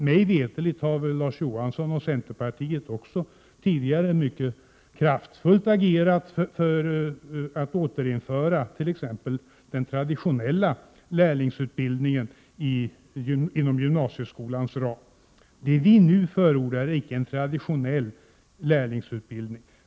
Mig veterligt har Larz Johansson och centerpartiet tidigare mycket kraftfullt agerat för att återinföra t.ex. den traditionella lärlingsutbildningen inom gymnasieskolans ram. Det vi nu förordar är icke en traditionell lärlingsutbildning.